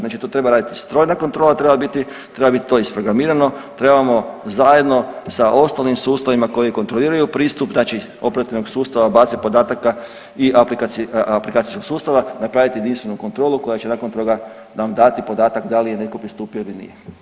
Znači to treba raditi strojna kontrola treba biti, treba biti to isprogramirano, trebamo zajedno sa ostalim sustavima koji kontroliraju pristup, znači operativnog sustava baze podataka i aplikacijskog sustava, napraviti jedinstvenu kontrolu koja će nakon toga nam dati podatak da li je netko pristupio ili nije.